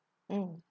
mm